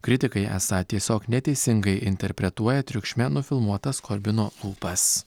kritikai esą tiesiog neteisingai interpretuoja triukšme nufilmuotas korbino lūpas